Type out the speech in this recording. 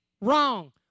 Wrong